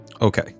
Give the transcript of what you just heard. okay